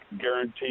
guaranteed